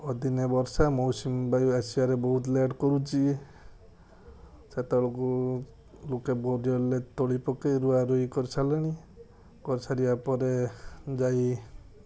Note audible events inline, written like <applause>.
ଆଦିନିଆ ବର୍ଷା ମୌସୁମୀ ବାୟୁ ଆସିବାର ବହୁତ ଲେଟ୍ କରୁଛି ସେତେବେଳେକୁ ଲୋକେ <unintelligible> ତଳି ପକେଇ ଋଆଋଇ କରି ସାରିଲେଣି କରି ସାରିବା ପରେ ଯାଇ